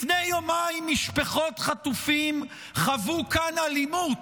לפני יומיים משפחות חטופים חוו כאן אלימות.